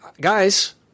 guys